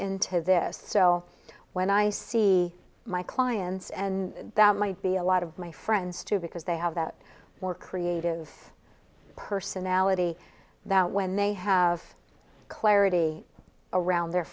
into this so when i see my clients and that might be a lot of my friends too because they have that more creative personality that when they have clarity around their